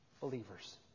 Believers